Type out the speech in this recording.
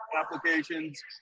applications